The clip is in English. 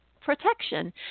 protection